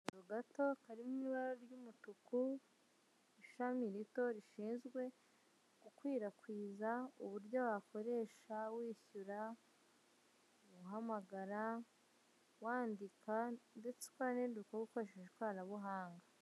Akazu gato kari mu ibara ry'umutuku, ishami rito rishinzwe gukwirakwiza uburyo wakoresha, wishyura, uhamagara, wandika, ndetse ukanahendukirwa ukoresheje ikoranabuhanga.